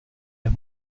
las